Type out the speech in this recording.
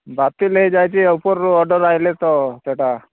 ବାତିଲ ହୋଇଯାଇଛି ଉପରୁ ଅର୍ଡ଼ର୍ ଆସିଲେ ତ ସେଇଟା